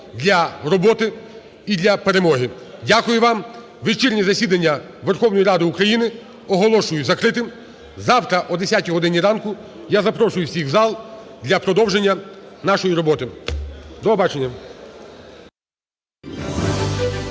Дякую вам. Вечірнє засідання Верховної Ради України оголошую закритим. Завтра о 10 годині ранку я запрошую всіх в зал для продовження нашої роботи. До побачення.